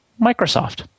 Microsoft